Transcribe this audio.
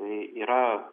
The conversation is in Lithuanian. tai yra